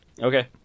Okay